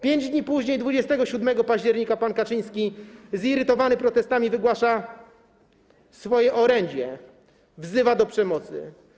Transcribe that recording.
5 dni później, 27 października, pan Kaczyński, zirytowany protestami, wygłasza swoje orędzie, wzywa do przemocy.